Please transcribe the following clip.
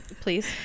Please